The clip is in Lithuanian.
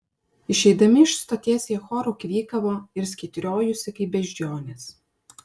išeidami iš stoties jie choru kvykavo ir skėtriojusi kaip beždžionės